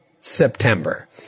September